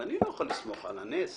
ואני לא יכול לסמוך על הנס